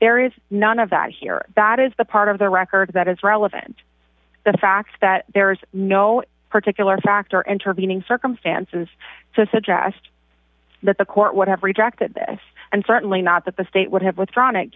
there is none of that here that is the part of the record that is relevant the fact that there is no particular factor intervening circumstances to suggest that the court would have rejected this and certainly not that the state would have withdrawn it